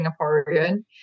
Singaporean